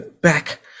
back